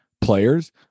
players